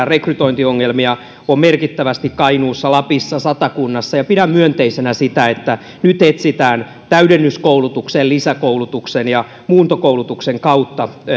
rekrytointiongelmia on merkittävästi kainuussa lapissa satakunnassa pidän myönteisenä sitä että nyt etsitään täydennyskoulutuksen lisäkoulutuksen ja muuntokoulutuksen kautta